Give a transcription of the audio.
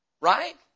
right